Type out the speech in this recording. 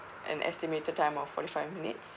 an estimated time of forty five minutes